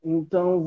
Então